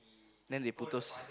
then they